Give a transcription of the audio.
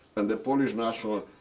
and the polish national